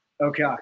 Okay